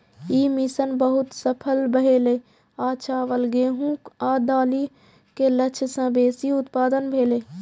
ई mission बहुत सफल भेलै आ चावल, गेहूं आ दालि के लक्ष्य सं बेसी उत्पादन भेलै